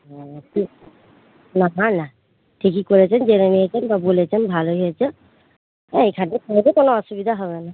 হুম ঠিক না না ঠিকই করেছেন জেনে নিয়েছেন বা বলেছেন ভালই হয়েছে এখানে থাকবে কোনো অসুবিধা হবে না